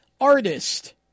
artist